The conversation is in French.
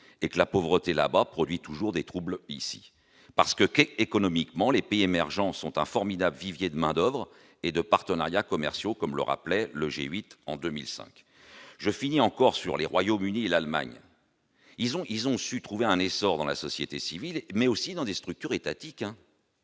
et que la pauvreté là-bas produit toujours des troubles ici parce que, qu'économiquement les pays émergents sont un formidable vivier de main-d'Oeuvres et de partenariats commerciaux, comme le rappelait le G8 en 2005, je finis encore sur les Royaume-Uni, l'Allemagne, ils ont, ils ont su trouver un essor dans la société civile, mais aussi dans des structures étatiques,